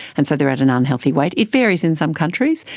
and so they are at an unhealthy weight. it varies in some countries.